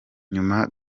nyuma